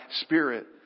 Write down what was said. spirit